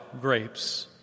grapes